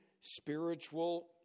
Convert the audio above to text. spiritual